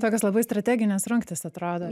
tokios labai strateginės rungtys atrado